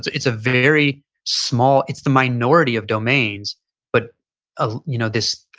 it's it's a very small, it's the minority of domains but ah you know this,